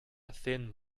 thin